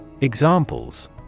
Examples